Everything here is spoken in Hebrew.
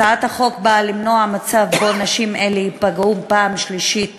הצעת החוק באה למנוע מצב שבו נשים אלה ייפגעו פעם שלישית